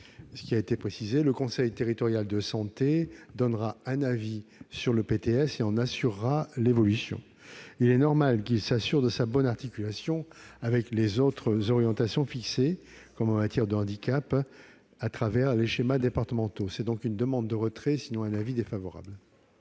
pas utile de préciser que le conseil territorial de santé donnera un avis sur le PTS et en assurera l'évaluation. Il est normal qu'il s'assure de sa bonne articulation avec les autres orientations fixées, comme en matière de handicap au travers des schémas départementaux. La commission demande donc le retrait de ces amendements